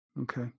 Okay